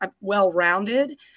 well-rounded